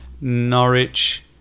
Norwich